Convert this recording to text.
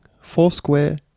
Foursquare